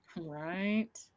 Right